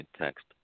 text